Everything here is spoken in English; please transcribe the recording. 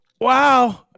Wow